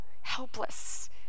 helpless